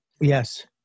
Yes